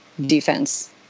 defense